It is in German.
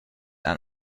ein